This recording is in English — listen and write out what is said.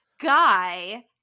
Guy